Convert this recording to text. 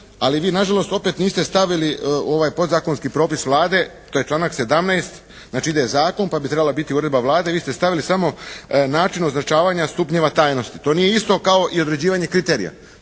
ali vi na žalost opet niste stavili podzakonski propis Vlade to je članak 17., znači ide zakon pa bi trebala biti uredba Vlade, vi ste stavili samo način označavanja stupnjeva tajnosti. To nije isto kao i određivanja kriterija.